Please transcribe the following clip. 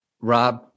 Rob